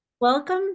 Welcome